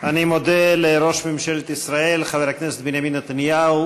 אני מודה לראש ממשלת ישראל חבר הכנסת בנימין נתניהו,